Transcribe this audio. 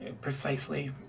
precisely